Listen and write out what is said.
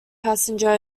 passenger